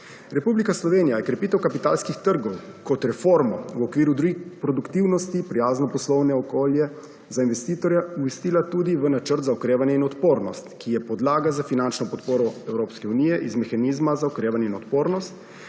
Republika Slovenija je krepitev kapitalskih trgov, kot reformo, v okviru produktivnosti, prijazno poslovno okolje za investitorje, umestila tudi v načrt za okrevanje in odpornost, ki je podlaga za finančno podporo Evropske unije iz mehanizma za okrevanje in odpornost